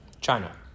China